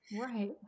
Right